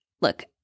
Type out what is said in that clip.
look